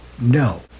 No